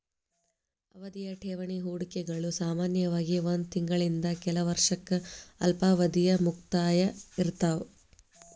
ಅವಧಿಯ ಠೇವಣಿ ಹೂಡಿಕೆಗಳು ಸಾಮಾನ್ಯವಾಗಿ ಒಂದ್ ತಿಂಗಳಿಂದ ಕೆಲ ವರ್ಷಕ್ಕ ಅಲ್ಪಾವಧಿಯ ಮುಕ್ತಾಯ ಇರ್ತಾವ